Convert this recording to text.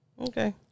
Okay